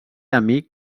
amic